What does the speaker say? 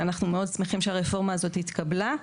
אנחנו מאוד שמחים שהרפורמה הזאת התקבלה,